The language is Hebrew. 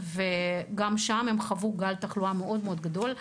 וגם שם הם חוו גל תחלואה מאוד גדול,